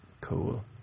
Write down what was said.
cool